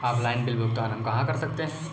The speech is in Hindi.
ऑफलाइन बिल भुगतान हम कहां कर सकते हैं?